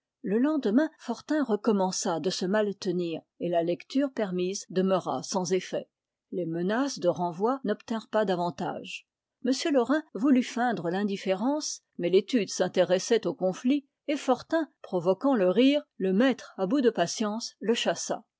le lendemain fortin recommença de se mal tenir et la lecture permise demeura sans effet les menaces de renvoi n'obtinrent pas davantage m laurin voulut feindre l'indifférence mais l'étude s'intéressait au conflit et fortin provoquant le rire le maître à bout de patience le chassa